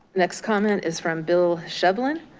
next comment is from bill shevlin.